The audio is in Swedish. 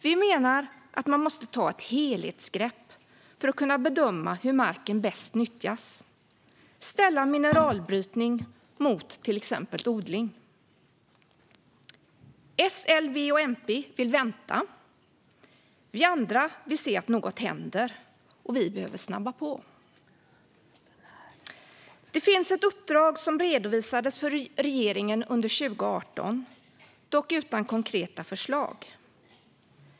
Vi menar att man måste ta ett helhetsgrepp för att kunna bedöma hur marken bäst nyttjas och ställa mineralbrytning mot till exempel odling. S, L, V och MP vill vänta. Vi andra vill se att något händer. Vi behöver snabba på. Det finns ett uppdrag som redovisades för regeringen under 2018, dock utan konkreta förslag.